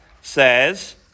says